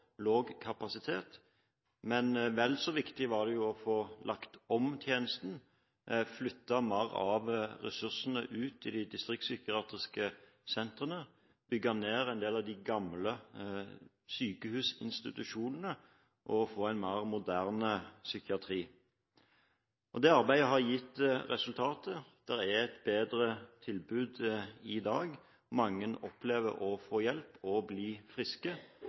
kapasitet, men vel så viktig var det å få lagt om tjenesten og flyttet mer av ressursene ut i de distriktspsykiatriske sentrene, bygge ned en del av de gamle sykehusinstitusjonene og få en mer moderne psykiatri. Det arbeidet har gitt resultater. Det er et bedre tilbud i dag, mange opplever å få hjelp og bli friske.